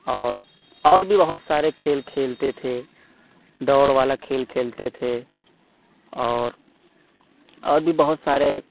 اور اور بھی بہت سارے کھیل کھیلتے تھے دوڑ والا کھیل کھیلتے تھے اور اور بھی بہت سارے